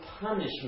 punishment